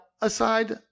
aside –